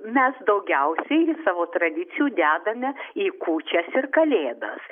mes daugiausiai savo tradicijų dedame į kūčias ir kalėdas